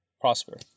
prosper